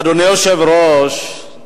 אדוני היושב-ראש,